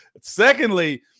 Secondly